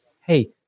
hey